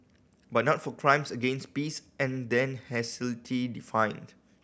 but not for crimes against peace and then hastily defined